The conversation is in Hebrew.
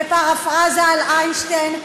בפרפראזה על איינשטיין,